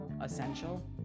essential